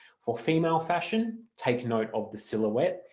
for female fashion take note of the silhouette,